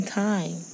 time